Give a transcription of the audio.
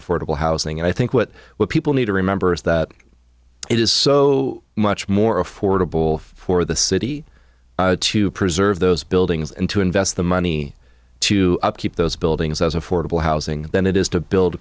affordable housing and i think what what people need to remember is that it is so much more affordable for the city to preserve those buildings and to invest the money to upkeep those buildings as affordable housing than it is to build a